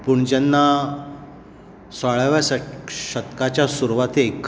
पूण जेन्ना सोळ्याव्या शत शतकाचे सुरवातेक